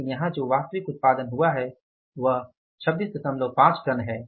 लेकिन यहां जो वास्तविक उत्पादन हुआ है वह 265 टन है